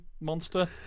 monster